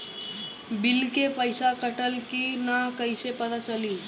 Bill के पइसा कटल कि न कइसे पता चलि?